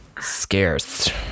scarce